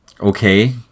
okay